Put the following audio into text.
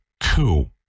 coup